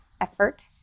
effort